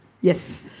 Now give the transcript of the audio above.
Yes